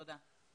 תודה.